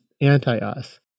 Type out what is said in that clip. anti-us